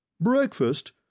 Breakfast